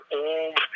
old